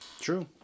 True